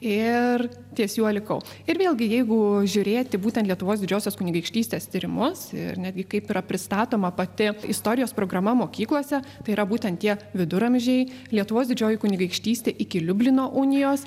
ir ties juo likau ir vėlgi jeigu žiūrėti būtent lietuvos didžiosios kunigaikštystės tyrimus ir netgi kaip yra pristatoma pati istorijos programa mokyklose tai yra būtent tie viduramžiai lietuvos didžioji kunigaikštystė iki liublino unijos